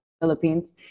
Philippines